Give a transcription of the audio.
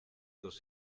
dos